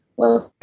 well,